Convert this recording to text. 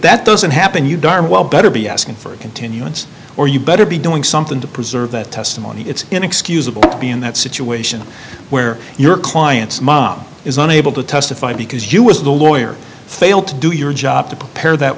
that doesn't happen you darn well better be asking for a continuance or you better be doing something to preserve that testimony it's inexcusable be in that situation where your client's mom is unable to testify because you were the lawyer failed to do your job to prepare that